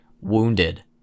wounded